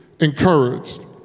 encouraged